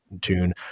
tune